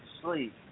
sleep